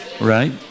Right